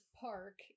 park